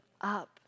up